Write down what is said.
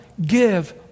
give